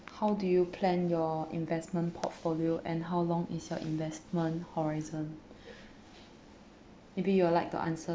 how do you plan your investment portfolio and how long is your investment horizon maybe you'll like to answer